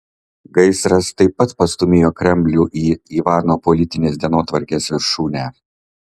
gaisras taip pat pastūmėjo kremlių į ivano politinės dienotvarkės viršūnę